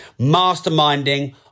masterminding